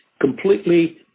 completely